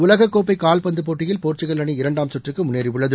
உலகக் கோப்பை கால்பந்து போட்டியில் போர்ச்சுக்கல் அணி இரண்டாம் சுற்றுக்கு முன்னேறியுள்ளது